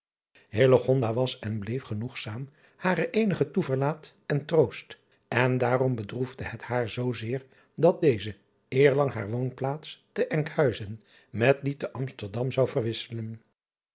was en bleef genoegzaam hare eenige toeverlaat en troost en daarom bedroefde het haar zoo zeer dat deze eerlang haar woonplaats te nkhuizen met die te msterdam zou verwisselen